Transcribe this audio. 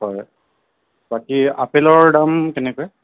হয় বাকী আপেলৰ দাম কেনেকৈ